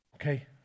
Okay